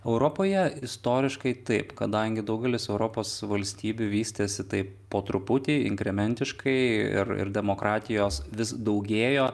europoje istoriškai taip kadangi daugelis europos valstybių vystėsi taip po truputį inkrementiškai ir ir demokratijos vis daugėjo